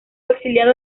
exiliado